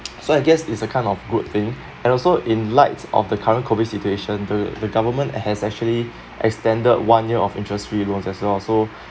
so I guess is a kind of good thing and also in light of the current COVID situation the the government has actually extended one year of interest free loans as well so